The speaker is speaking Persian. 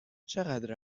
چقدر